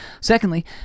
Secondly